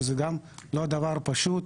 שזה גם לא דבר פשוט.